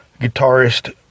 guitarist